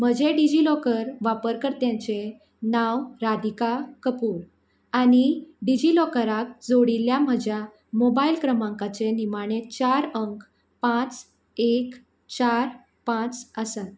म्हजें डिजिलॉकर वापरकर्त्यांचे नांव राधिका कपूर आनी डिजिलॉकराक जोडिल्ल्या म्हज्या मोबायल क्रमांकाचे निमाणे चार अंक पांच एक चार पांच आसात